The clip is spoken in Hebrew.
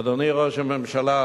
אדוני ראש הממשלה,